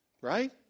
Right